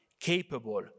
capable